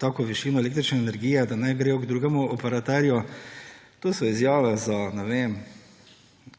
tako višino električne energije, da naj gre k drugemu operaterju. To so izjave – ne vem,